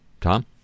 Tom